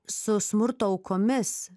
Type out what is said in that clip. su smurto aukomis